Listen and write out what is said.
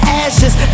ashes